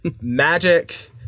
magic